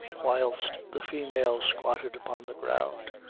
whilst the female, squatted upon the ground,